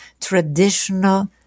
traditional